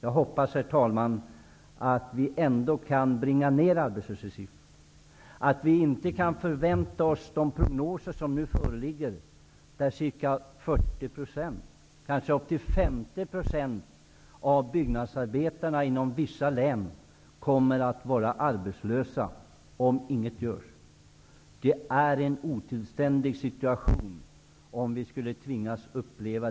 Jag hoppas, herr talman, att vi ändå kan bringa ned arbetslöshetssiffrorna och att vi inte kan förvänta ett förverkligande av de prognoser som nu föreligger om att 40 , kanske 50 % av byggnadsarbetarna inom vissa län kommer att vara arbetslösa vid kommande årsskifte, om inget görs.